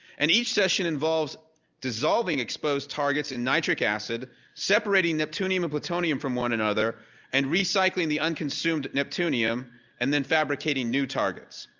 and each session involves dissolving exposed targets in nitric acid, separating neptunium and plutonium from one another and recycling the unconsumed neptunium and then fabricating new targets.